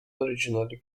originally